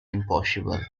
impossible